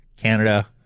Canada